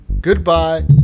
Goodbye